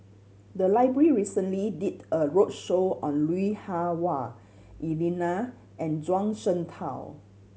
the library recently did a roadshow on Lui Hah Wah Elena and Zhuang Shengtao